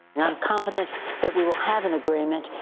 i'm confident that we will have an agreement,